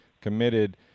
committed